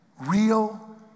Real